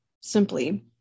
simply